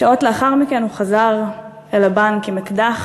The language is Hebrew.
שעות לאחר מכן הוא חזר אל הבנק עם אקדח